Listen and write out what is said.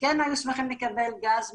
כן היו שמחים לקבל גז מאיתנו,